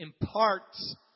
imparts